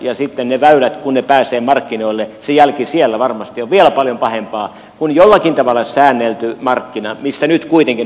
ja sitten kun ne väylät pääsevät markkinoille niin se jälki siellä varmasti on vielä paljon pahempaa kuin jollakin tavalla säännellyssä markkinassa mistä nyt kuitenkin on kysymys tällä lainsäädännöllä